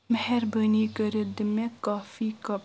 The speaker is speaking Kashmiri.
مہربٲنۍ کٔرِتھ دِ مےٚ کافی کپ